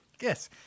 yes